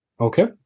Okay